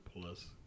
plus